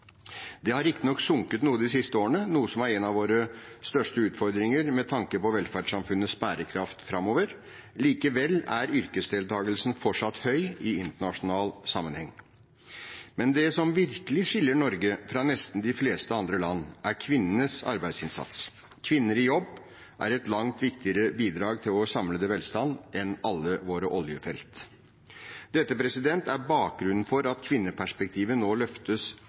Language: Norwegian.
Det har riktignok sunket noe de siste årene, noe som er en av våre største utfordringer med tanke på velferdssamfunnets bærekraft framover. Likevel er yrkesdeltakelsen fortsatt høy i internasjonal sammenheng. Men det som virkelig skiller Norge fra nesten de fleste andre land, er kvinnenes arbeidsinnsats. Kvinner i jobb er et langt viktigere bidrag til vår samlede velstand enn alle våre oljefelt. Dette er bakgrunnen for at kvinneperspektivet nå løftes